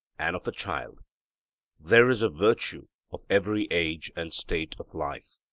and of a child there is a virtue of every age and state of life,